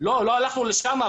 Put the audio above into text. לא הלכנו לשם.